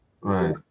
right